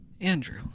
Andrew